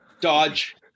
Dodge